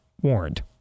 warned